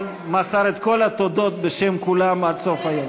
מסר את כל התודות בשם כולם עד סוף היום?